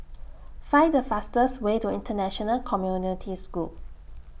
Find The fastest Way to International Community School